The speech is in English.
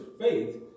faith